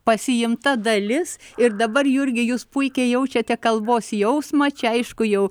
pasiimta dalis ir dabar jurgi jūs puikiai jaučiate kalbos jausmą čia aišku jau